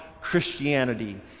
Christianity